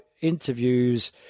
interviews